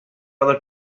other